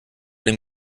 dem